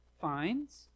finds